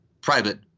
Private